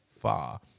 far